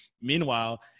Meanwhile